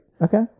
Okay